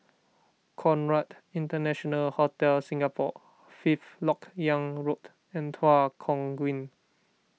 Conrad International Hotel Singapore Fifth Lok Yang Road and Tua Kong Green